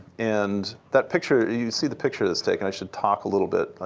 and that picture you see the picture that's taken. i should talk a little bit